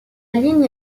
ligne